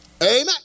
Amen